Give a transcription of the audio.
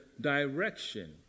direction